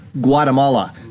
Guatemala